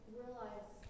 realize